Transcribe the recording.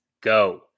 go